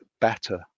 better